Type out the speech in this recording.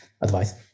advice